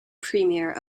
premier